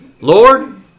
Lord